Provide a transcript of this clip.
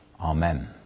amen